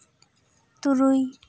ᱛᱩᱨᱩᱭ